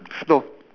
stop